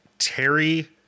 Terry